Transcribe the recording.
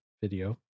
video